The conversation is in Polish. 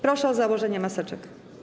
Proszę o założenie maseczek.